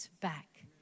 back